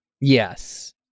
Yes